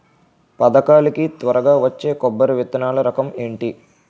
పథకాల కి త్వరగా వచ్చే కొబ్బరి విత్తనాలు రకం ఏంటి?